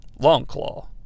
Longclaw